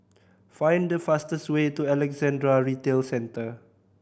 find the fastest way to Alexandra Retail Centre